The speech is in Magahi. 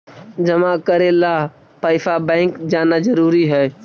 जमा करे ला पैसा बैंक जाना जरूरी है?